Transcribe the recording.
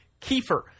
Kiefer